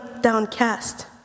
downcast